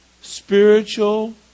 spiritual